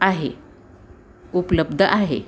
आहे उपलब्ध आहे